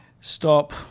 stop